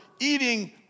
eating